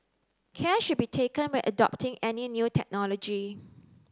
care should be taken when adopting any new technology